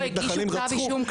אבל אתה כבר טוענת שמתנחלים רצחו.